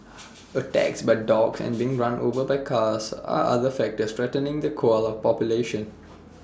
attacks by dogs and being run over by cars are other factors threatening the koala population